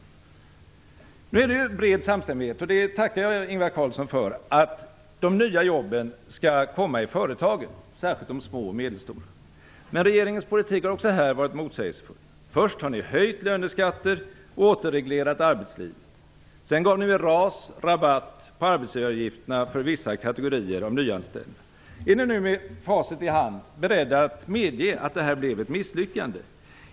Nu råder det en bred samstämmighet om att de nya jobben skall komma i företagen, särskilt de små och medelstora, och det tackar jag Ingvar Carlsson för. Men regeringens politik har också här varit motsägelsefull. Först har ni höjt löneskatter och återreglerat arbetslivet. Sedan gav ni genom RAS rabatt på arbetsgivaravgifterna för vissa kategorier av nyanställda. Är ni nu med facit i hand beredda att medge att detta blev ett misslyckande?